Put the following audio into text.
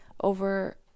over